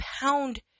pound